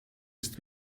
ist